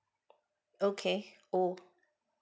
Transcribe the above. okay oh